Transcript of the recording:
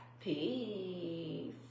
Peace